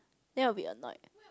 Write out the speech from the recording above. then I will be annoyed